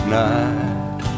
night